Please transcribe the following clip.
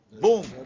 boom